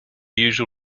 usual